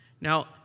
Now